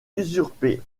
usurpé